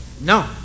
No